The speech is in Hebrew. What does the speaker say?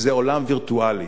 זה עולם וירטואלי.